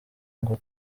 ngo